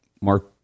Mark